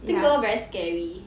think girl very scary